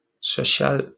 Social